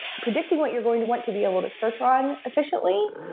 predicting what you're going to want to be able to search on efficiently.